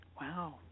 Wow